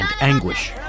anguish